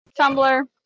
Tumblr